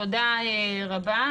תודה רבה.